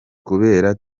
kubera